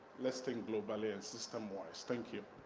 let's think globally and system-wise. thank you.